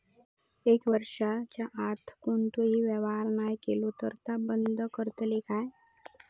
एक वर्षाच्या आत कोणतोही व्यवहार नाय केलो तर ता बंद करतले काय?